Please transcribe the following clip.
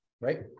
Right